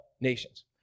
nations